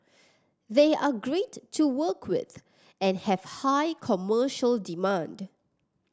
they are great to work with and have high commercial demand